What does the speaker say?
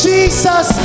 Jesus